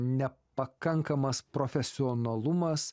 ne pakankamas profesionalumas